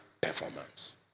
performance